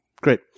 Great